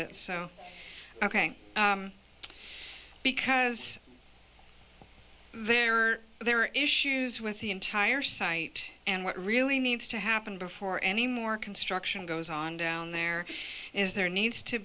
it so ok because there are there are issues with the entire site and what really needs to happen before any more construction goes on down there is there needs to